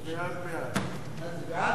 ההצעה להעביר את הצעת חוק רשות השידור (תיקון מס' 28)